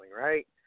Right